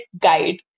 Guide